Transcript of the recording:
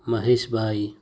મહેશભાઈ